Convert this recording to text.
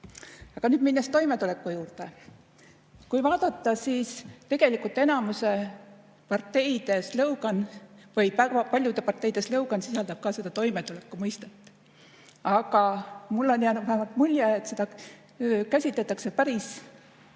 Aga nüüd toimetuleku juurde. Kui vaadata, siis tegelikult enamike parteide slogan või väga paljude parteide slogan sisaldab ka seda toimetuleku mõistet. Aga mulle on jäänud mulje, et seda käsitletakse pigem